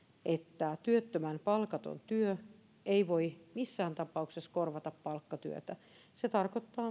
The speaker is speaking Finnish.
että työttömän palkaton työ ei voi missään tapauksessa korvata palkkatyötä se tarkoittaa